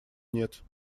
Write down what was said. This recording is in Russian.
нет